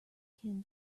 can